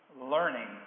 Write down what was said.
learning